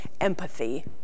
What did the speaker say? empathy